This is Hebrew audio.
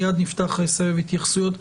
מיד נפתח סבב התייחסויות.